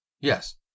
yes